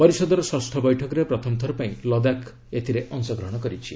ପରିଷଦର ଷଷ୍ଠ ବୈଠକରେ ପ୍ରଥମଥର ପାଇଁ ଲଦାଖ ଏଥିରେ ଅଂଶଗ୍ହଣ କରିଛି